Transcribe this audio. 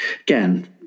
Again